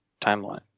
timeline